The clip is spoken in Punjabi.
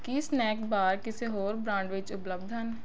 ਕੀ ਸਨੈਕ ਬਾਰ ਕਿਸੇ ਹੋਰ ਬ੍ਰਾਂਡ ਵਿੱਚ ਉਪਲੱਬਧ ਹਨ